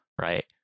right